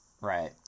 Right